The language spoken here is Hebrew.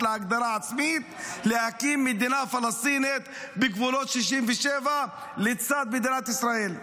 להגדרה עצמית להקים מדינה פלסטינית בגבולות 67' לצד מדינת ישראל.